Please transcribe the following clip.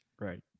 Right